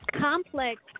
complex